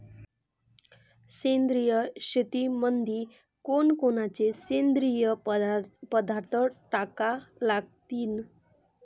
सेंद्रिय शेतीमंदी कोनकोनचे सेंद्रिय पदार्थ टाका लागतीन?